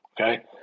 Okay